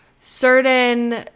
certain